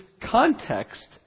context